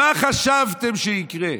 מה חשבתם שיקרה?